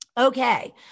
Okay